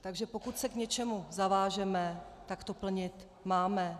Takže pokud se k něčemu zavážeme, tak to plnit máme.